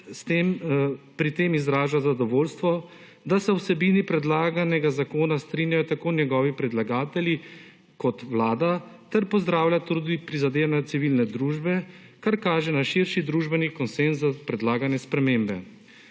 pri tem izraža zadovoljstvo, da se o vsebini predlaganega zakona strinjajo tako njegovi predlagatelji kot Vlada ter pozdravlja tudi prizadevanja civilne družbe, kar kaže na širši družbeni konsenz predlagane spremembe.